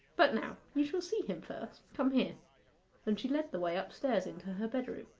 but now, you shall see him first come here and she led the way upstairs into her bedroom.